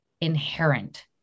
inherent